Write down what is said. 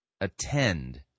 attend